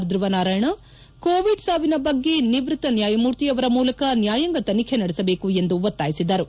ಧ್ಯವನಾರಾಯಣ covid ಸಾವಿನ ಬಗ್ಗೆ ನಿವೃತ್ತ ನ್ನಾಯಮೂರ್ತಿಯವರ ಮೂಲಕ ನ್ನಾಯಾಂಗ ತನಿಖೆ ನಡೆಸಬೇಕು ಎಂದು ಒತ್ತಾಯಿಸಿದರು